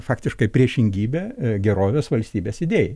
faktiškai priešingybė gerovės valstybės idėjai